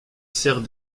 sert